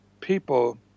people